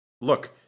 look